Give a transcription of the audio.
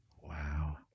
wow